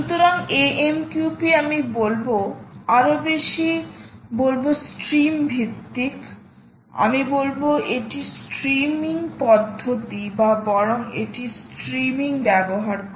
সুতরাং AMQP আমি বলব আরও বেশি বলবো স্ট্রিম ভিত্তিক আমি বলব এটি স্ট্রিমিং পদ্ধতি বা বরং এটি স্ট্রিমিং ব্যবহার করে